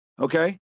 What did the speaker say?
Okay